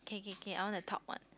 can can can all the top one